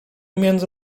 między